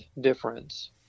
difference